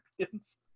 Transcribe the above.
champions